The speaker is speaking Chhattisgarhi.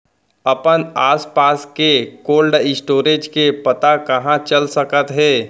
अपन आसपास के कोल्ड स्टोरेज के पता कहाँ चल सकत हे?